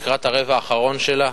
לקראת הרבע האחרון שלה,